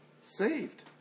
saved